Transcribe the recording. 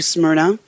Smyrna